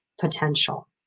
potential